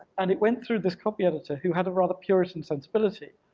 and it went through this copy editor, who had a rather puritan sensibility.